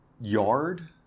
yard